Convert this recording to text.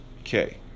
Okay